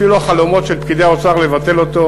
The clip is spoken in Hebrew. אפילו החלומות של פקידי האוצר לבטל אותו,